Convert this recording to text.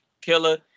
Killer